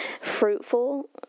fruitful